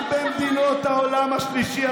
רק במדינות העולם השלישי,